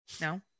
No